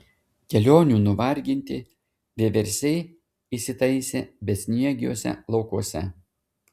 kelionių nuvarginti vieversiai įsitaisė besniegiuose laukuose